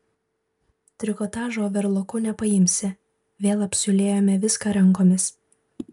trikotažo overloku nepaimsi vėl apsiūlėjome viską rankomis